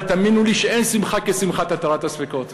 אבל תאמינו לי שאין שמחה כשמחת התרת הספקות.